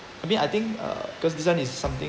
I mean I think uh because this one is something